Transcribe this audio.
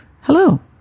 Hello